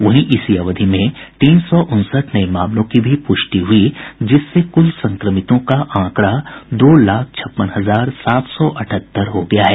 वहीं इसी अवधि में तीन सौ उनसठ नये मामलों की भी पुष्टि हुई जिससे कुल संक्रमितों का आंकड़ा दो लाख छप्पन हजार सात सौ अठहत्तर हो गया है